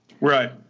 Right